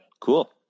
Cool